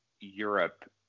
Europe